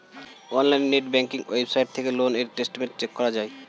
অনলাইনে net banking website থেকে loan এর স্টেটমেন্ট চেক করা যায়